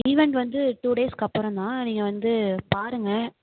event வந்து two டேஸ்க்கு அப்புறந்தான் நீங்கள் வந்து பாருங்கள்